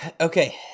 Okay